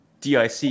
DIC